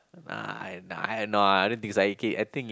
nah I nah I no I don't think so okay I think